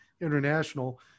international